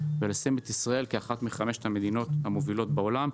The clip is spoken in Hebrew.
ולשים את ישראל כאחת מחמש המדינות המובילות בעולם.